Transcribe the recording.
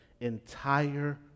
entire